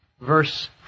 Verse